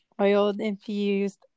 oil-infused